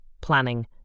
planning